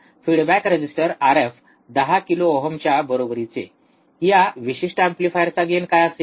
feedback resistor Rf 10 kilo ओहमच्या बरोबरीचे या विशिष्ट एम्पलीफायरचा गेन काय असेल